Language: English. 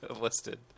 listed